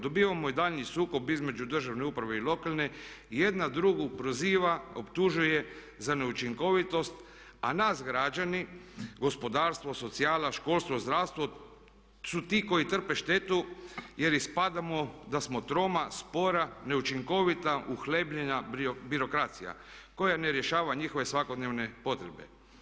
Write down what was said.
Dobivamo i daljnji sukob između državne uprave i lokalne, jedna drugu proziva, optužuje za neučinkovitost, a nas građane, gospodarstvo, socijala, školstvo, zdravstvo su ti koji trpe štetu jer ispadamo da smo troma, spora, neučinkovita, uhljebljena birokracija koja ne rješava njihove svakodnevne potrebe.